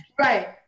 right